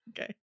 Okay